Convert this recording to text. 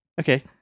Okay